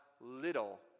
little